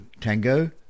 Tango